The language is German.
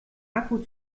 akku